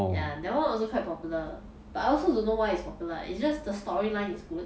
ya that one also quite popular but I also don't know why it's popular ah it's just the storyline is good